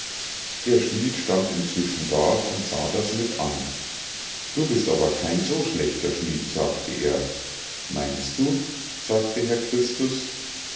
der schmied stand inzwischen da und sah das mit an du bist aber kein so schlechter schmied sagte er meinst du sagte der herr christus